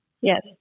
Yes